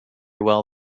well